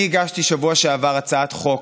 אני הגשתי בשבוע שעבר הצעת חוק